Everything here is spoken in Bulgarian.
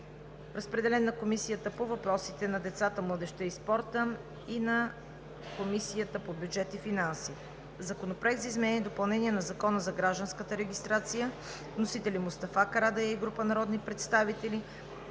Разпределен е на Комисията по въпросите на децата, младежта и спорта и на Комисията по бюджет и финанси. Законопроект за изменение и допълнение на Закона за гражданската регистрация, вносители са Мустафа Карадайъ и група народни представители.